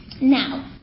Now